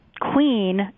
Queen